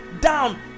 down